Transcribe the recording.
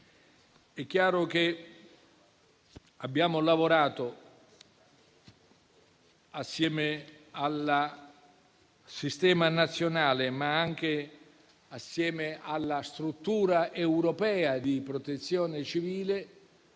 È chiaro che abbiamo lavorato assieme al sistema nazionale, ma anche assieme alla struttura europea di Protezione civile,